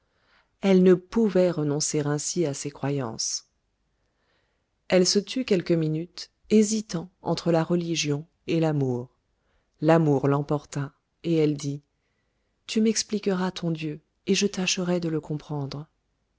elle ne pouvait renoncer ainsi à ses croyances elle se tut quelques minutes hésitant entre la religion et l'amour l'amour l'emporta et elle dit tu